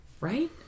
right